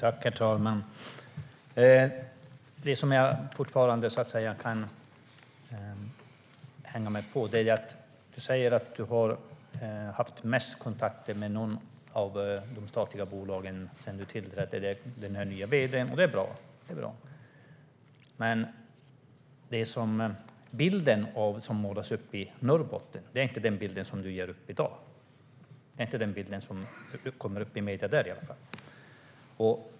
Herr talman! Det som jag fortfarande kan hänga med på är att ministern säger att det statliga bolag som han sedan han tillträdde har haft mest kontakt med är LKAB och den nya vd:n där, och det är bra. Men bilden som målas upp i medierna i Norrbotten är inte samma som den som ges här i dag.